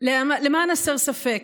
למען הסר ספק,